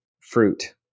fruit